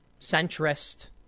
centrist